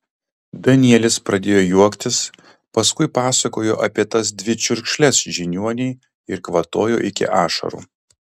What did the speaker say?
danielis pradėjo juoktis paskui pasakojo apie tas dvi čiurkšles žiniuonei ir kvatojo iki ašarų